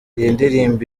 ndirimbo